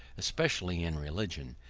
especially in religion,